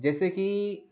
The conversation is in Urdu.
جیسے کہ